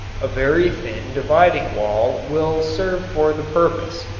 a very thin dividing wall will serve for the purpose,